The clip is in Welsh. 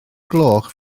gloch